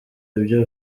ibyo